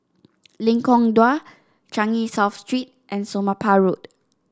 Lengkong Dua Changi South Street and Somapah Road